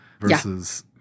versus